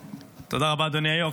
תודה רבה, אדוני היו"ר.